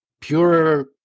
pure